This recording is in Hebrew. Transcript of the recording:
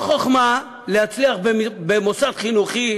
לא חוכמה להצליח במוסד חינוכי